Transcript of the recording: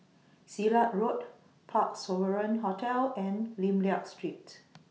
Silat Road Parc Sovereign Hotel and Lim Liak Street